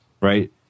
Right